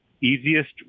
Easiest